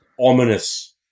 ominous